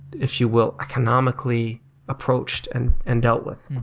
if you will, economically approached and and dealt with.